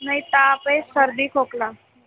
नाही ताप आहे सर्दी खोकला